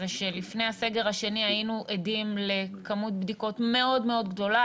לפני הסגר השני היינו עדים לכמות בדיקות מאוד מאוד גדולה,